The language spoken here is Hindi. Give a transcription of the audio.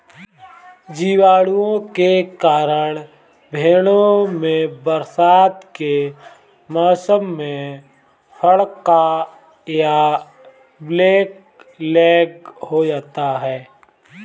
जीवाणुओं के कारण भेंड़ों में बरसात के मौसम में फड़का या ब्लैक लैग हो जाता है